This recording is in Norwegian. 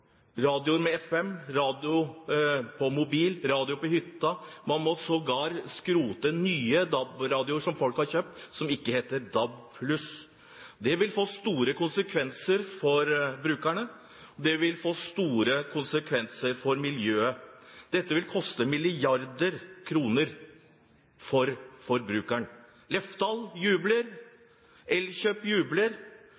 på mobil, radioer på hytta – man må sågar skrote nye DAB-radioer som folk har kjøpt, som ikke heter DAB+. Det vil få store konsekvenser for brukerne. Det vil få store konsekvenser for miljøet. Dette vil koste milliarder av kroner for forbrukerne. Lefdal jubler.